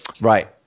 right